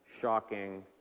Shocking